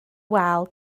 wal